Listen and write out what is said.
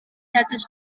шаардаж